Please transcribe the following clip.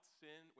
sin